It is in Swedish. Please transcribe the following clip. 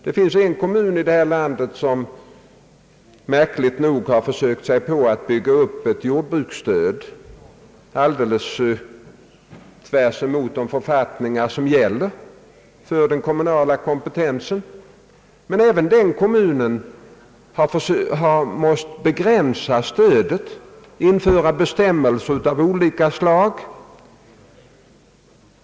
Det finns en kommun här i landet som märkligt nog har försökt sig på att bygga upp ett jordbruksstöd, alldeles tvärt emot de uppfattningar som gäller om den kommunala kompetensen. även den kommunen har måst begränsa stödet; den har måst tillföra bestämmelser av olika slag.